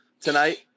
tonight